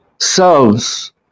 selves